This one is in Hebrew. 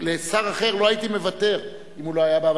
לשר אחר לא הייתי מוותר אם הוא לא היה בא,